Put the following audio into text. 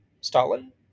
Stalin